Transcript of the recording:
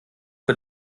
für